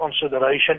consideration